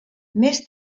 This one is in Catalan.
més